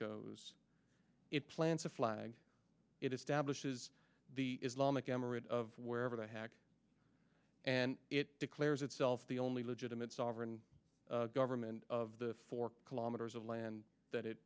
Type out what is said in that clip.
goes it plants a flag it establishes the islamic emirate of wherever the heck and it declares itself the only legitimate sovereign government of the four kilometers of land that it